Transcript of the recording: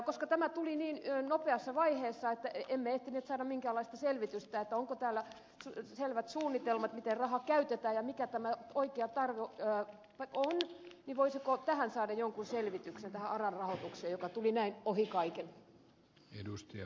koska tämä tuli niin nopeassa vaiheessa että emme ehtineet saada minkäänlaista selvitystä siitä onko täällä selvät suunnitelmat siitä miten raha käytetään ja mikä tämä oikea tarve on niin voisiko tästä saada jonkun selvityksen tästä aran rahoituksesta joka tuli näin ohi kaiken